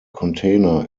container